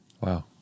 Wow